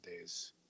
days